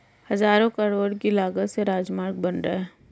हज़ारों करोड़ की लागत से राजमार्ग बन रहे हैं